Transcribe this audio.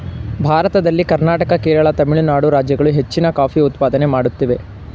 ಭಾರತದಲ್ಲಿ ಕರ್ನಾಟಕ, ಕೇರಳ, ತಮಿಳುನಾಡು ರಾಜ್ಯಗಳು ಹೆಚ್ಚಿನ ಕಾಫಿ ಉತ್ಪಾದನೆ ಮಾಡುತ್ತಿವೆ